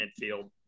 midfield